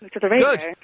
good